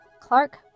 Clark